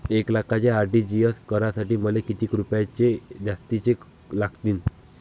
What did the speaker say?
एक लाखाचे आर.टी.जी.एस करासाठी मले कितीक रुपये जास्तीचे लागतीनं?